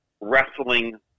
wrestling